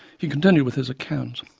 he continued with his account.